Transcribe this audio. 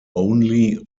only